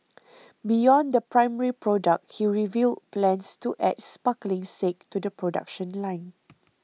beyond the primary product he revealed plans to add sparkling sake to the production line